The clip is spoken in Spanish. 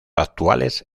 actuales